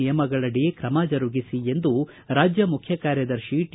ನಿಯಮಗಳಡಿ ಕ್ರಮ ಜರುಗಿಸಿ ಎಂದು ರಾಜ್ಯ ಮುಖ್ಯ ಕಾರ್ಯದರ್ಶಿ ಟಿ